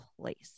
place